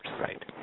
Right